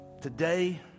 Today